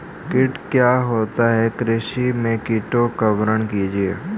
कीट क्या होता है कृषि में कीटों का वर्णन कीजिए?